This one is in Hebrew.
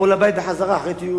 או בחזרה הביתה אחרי טיול,